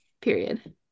Period